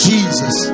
Jesus